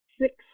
six